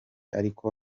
ariko